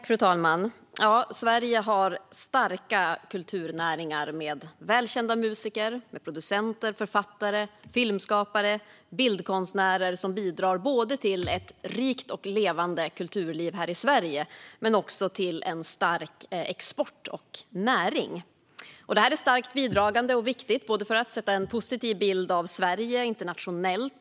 Fru talman! Sverige har starka kulturnäringar med välkända musiker, producenter, författare, filmskapare och bildkonstnärer som bidrar både till ett rikt och levande kulturliv här i Sverige och till en stark export och näring. Detta är starkt bidragande och viktigt för att ge en positiv bild av Sverige internationellt.